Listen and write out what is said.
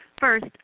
First